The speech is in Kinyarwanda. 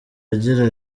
agira